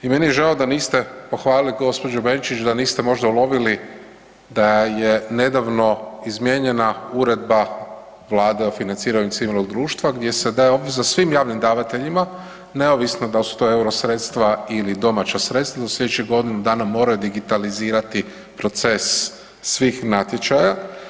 I meni je žao da niste pohvalili gđu. Benčić, da niste možda ulovili da je nedavno izmijenjena Uredba vlade o financiranju civilnog društva gdje se daje obveza svim javnim davateljima neovisno dal su to euro sredstva ili domaća sredstva, u slijedećih godinu dana moraju digitalizirati proces svih natječaja.